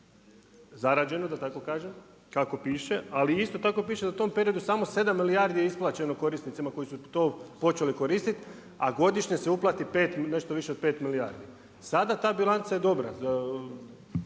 zarađeno, da tako kažem, kako piše, ali isto tako piše da u tom periodu samo 7 milijardi je isplaćeno korisnicima koji su to počeli koristiti, a godišnje se uplati nešto više od 5 milijardi. Sada ta bilanca je dobra,